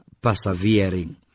persevering